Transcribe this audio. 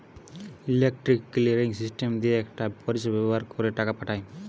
electronic clearing system দিয়ে একটা পরিষেবা ব্যাভার কোরে টাকা পাঠায়